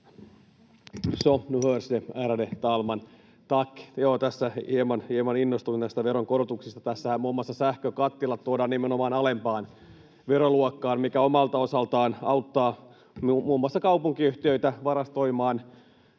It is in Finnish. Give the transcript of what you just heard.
Tässä hieman innostuin näistä veronkorotuksista. Tässähän muun muassa sähkökattilat tuodaan nimenomaan alempaan veroluokkaan, mikä omalta osaltaan auttaa muun muassa kaupunkiyhtiöitä varastoimaan